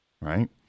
right